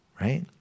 right